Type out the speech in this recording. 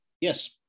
yes